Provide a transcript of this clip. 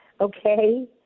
okay